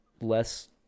Less